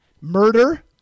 murder